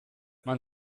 man